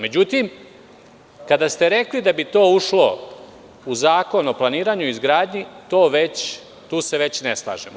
Međutim, kada ste rekli da bi to ušlo u Zakon o planiranju i izgradnji, tu se već ne slažemo.